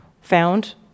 found